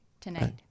tonight